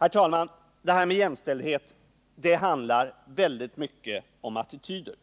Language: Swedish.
Herr talman! Detta med jämställdhet handlar väldigt mycket om attityder.